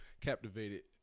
captivated